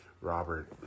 Robert